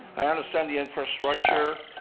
i understand the infrastructure,